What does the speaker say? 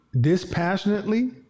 Dispassionately